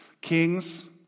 kings